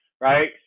right